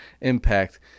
impact